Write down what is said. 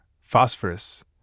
phosphorus